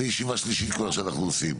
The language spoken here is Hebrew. וזאת ישיבה שלישית שאנחנו עושים.